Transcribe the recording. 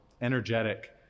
energetic